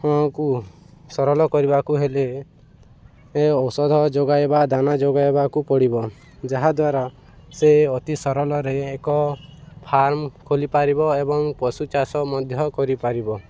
ସରଲ କରିବାକୁ ହେଲେ ଔଷଧ ଯୋଗାଇବା ଦାନା ଯୋଗାଇବାକୁ ପଡ଼ିବ ଯାହାଦ୍ୱାରା ସେ ଅତି ସରଲରେ ଏକ ଫାର୍ମ ଖୋଲିପାରିବ ଏବଂ ପଶୁ ଚାଷ ମଧ୍ୟ କରିପାରିବ